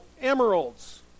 emeralds